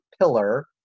pillar